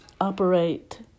operate